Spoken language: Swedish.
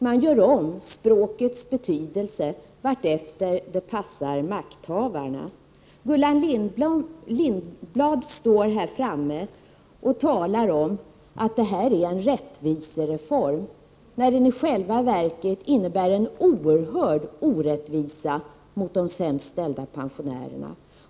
Man förändrar språkets betydelse allteftersom det passar makthavarna. Gullan Lindblad talar om att detta är en rättvisereform, när reformen i själva verket innebär en oerhörd orättvisa mot de sämst ställda pensionärerna.